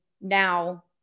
now